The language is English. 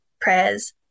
prayers